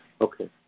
Okay